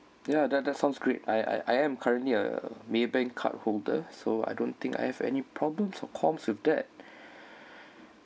ya that that sounds great I I I am currently a maybank card holder so I don't think I have any problems or coms~ with that